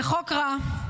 זה חוק רע.